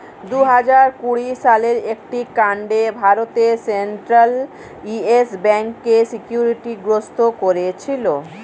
দুহাজার কুড়ি সালের একটি কাণ্ডে ভারতের সেন্ট্রাল ইয়েস ব্যাঙ্ককে সিকিউরিটি গ্রস্ত করেছিল